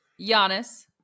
Giannis